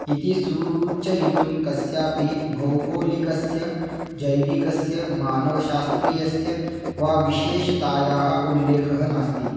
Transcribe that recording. इति सूचयितुं कस्यापि भौगोलिकस्य जैविकस्य मानवशास्त्रीयस्य वा विशेषतायाः उल्लेखः नास्ति